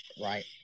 Right